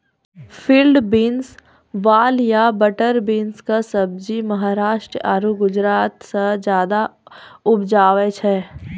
field beans, वाल या butter bean कॅ सब्जी महाराष्ट्र आरो गुजरात मॅ ज्यादा उपजावे छै